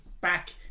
back